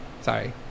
Sorry